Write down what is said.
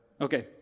Okay